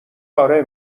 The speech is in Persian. آره